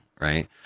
right